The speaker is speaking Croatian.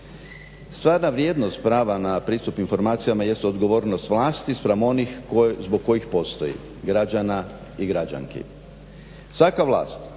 Stvarna vrijednost prava na pristup informacijama jesu odgovornost vlasti spram onih zbog kojih postoji, građana i građanki. Svaka vlast